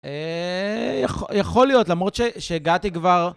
אה, יכול להיות, למרות שהגעתי כבר.